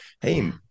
hey